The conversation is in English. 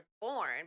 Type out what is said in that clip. born